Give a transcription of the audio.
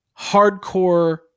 hardcore